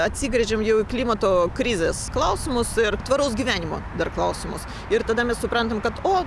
atsigręžiam jau į klimato krizės klausimus ir tvaraus gyvenimo dar klausimus ir tada mes suprantam kad o